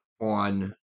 on